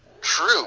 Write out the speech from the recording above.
True